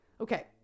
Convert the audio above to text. okay